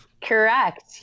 correct